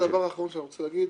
הדבר האחרון שאני רוצה להגיד